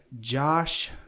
Josh